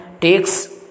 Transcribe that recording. takes